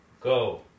go